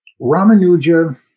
Ramanuja